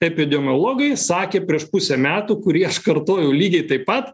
epidemiologai sakė prieš pusę metų kurį aš kartojau lygiai taip pat